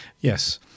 Yes